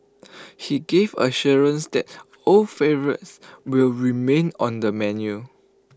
but he gave assurance that old favourites will remain on the menu